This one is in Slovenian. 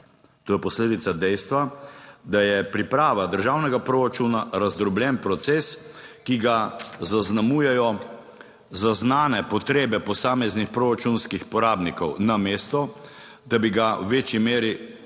To je posledica dejstva, da je priprava državnega proračuna razdrobljen proces, ki ga zaznamujejo zaznane potrebe posameznih proračunskih porabnikov, namesto, da bi ga v večji meri